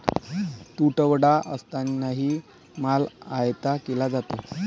तुटवडा असतानाही माल आयात केला जातो